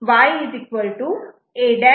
ते Y A'